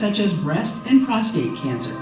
such as breast and prostate cancer